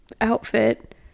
outfit